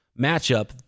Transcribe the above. matchup